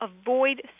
Avoid